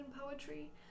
poetry